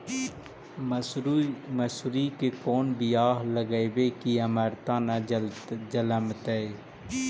मसुरी के कोन बियाह लगइबै की अमरता न जलमतइ?